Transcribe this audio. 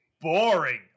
boring